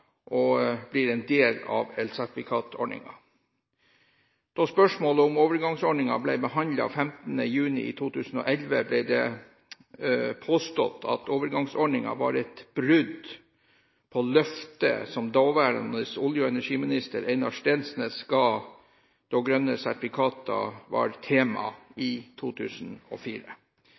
og bli en del av elsertifikatordningen. Da spørsmålet om overgangsordningen ble behandlet 15. juni 2011, ble det påstått at overgangsordningen var et brudd på løfte som daværende olje- og energiminister Einar Steensnæs ga da grønne sertifikater var tema i 2004.